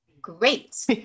great